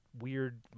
weird